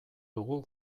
dugu